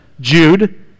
Jude